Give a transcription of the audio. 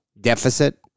deficit